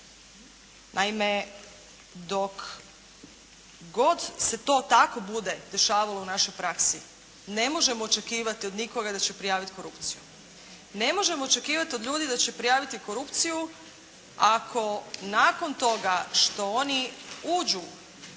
Naime dok god se to tako bude dešavalo u našoj praksi ne možemo očekivati od nikoga da će prijaviti korucpiju. Ne možemo očekivati od ljudi da će prijaviti korupciju ako nakon toga što oni uđu